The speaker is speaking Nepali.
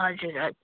हजुर हजुर